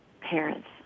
parents